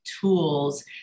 tools